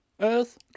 Earth